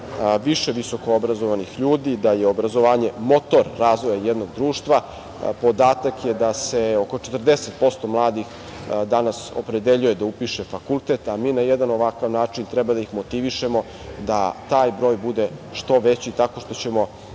više visokoobrazovanih ljudi, da je obrazovanje motor razvoja jednog društva. Podatak je da se oko 40% mladih danas opredeljuje da upiše fakultet, a mi na jedan ovakav način treba da ih motivišemo da taj broj bude što veći, tako što ćemo